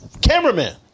cameraman